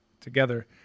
together